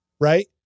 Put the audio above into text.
right